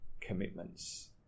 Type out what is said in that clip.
commitments